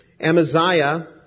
Amaziah